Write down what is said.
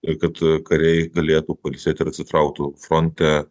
ir kad kariai galėtų pailsėti ir atsitrauktų fronte